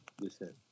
listen